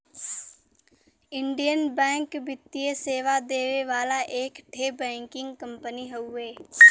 Indian bank वित्तीय सेवा देवे वाला एक ठे बैंकिंग कंपनी हउवे